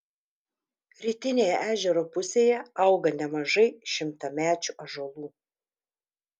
rytinėje ežero pusėje auga nemažai šimtamečių ąžuolų